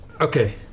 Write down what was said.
Okay